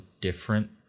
different